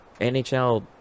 NHL